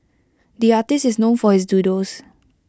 the artist is known for his doodles